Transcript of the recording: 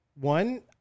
one